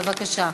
בבקשה.